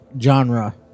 genre